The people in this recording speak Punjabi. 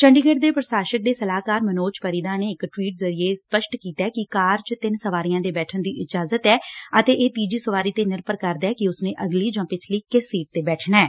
ਚੰਡੀਗੜ੍ਹ ਦੇ ਪ੍ਰਸ਼ਾਸਕ ਦੇ ਸਲਾਹਕਾਰ ਮਨੋਜ ਪਰਿਦਾ ਨੇ ਇਕ ਟਵੀਟ ਜ਼ਰੀਏ ਸਪੱਸ਼ਟ ਕੀਤੈ ਕਿ ਕਾਰ ਚ ਤਿੰਨ ਸਵਾਰੀਆਂ ਦੇ ਬੈਠਣ ਦੀ ਇਜਾਜ਼ਤ ਐ ਅਤੇ ਇਹ ਤੀਜੀ ਸਵਾਰੀ ਨੇ ਨਿਰਭਰ ਕਰਦੈ ਕਿ ਉਸਨੇ ਅਗਲੀ ਜਾਂ ਪਿਛਲੀ ਕਿਸ ਸੀਟ ਤੇ ਬੈਠਣਾ ਐ